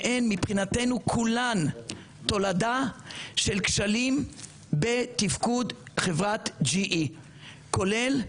שהן מבחינתנו כולן תולדה של כשלים בתפקוד חברת GE. כולל,